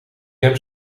heb